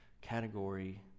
category